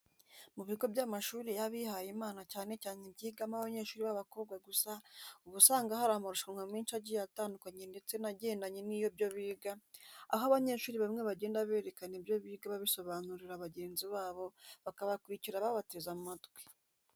Mu bigo by'amashuri yabihaye Imana cyane cyane ibyigamo abanyeshuri b'abakobwa gusa, uba usanga hari amarushanwa menshi agiye atandukanye ndetse nagendanye n'ibyo biga, aho abanyeshuri bamwe bagenda berekana ibyo biga babisobanurira bagenzi babo bakabakurikira babateze amatwi.